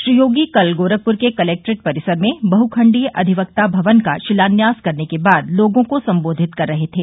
श्री योगी कल गोरखपुर के कलेक्ट्रेट परिसर में बहुखंडीय अधिवक्ता भवन का शिलान्यास करने के बाद लोगों को संबोधित कर रहे थे